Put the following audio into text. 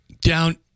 down